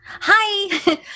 Hi